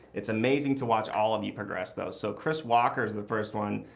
it's amazing to watch all of you progress though. so chris walker's the first one.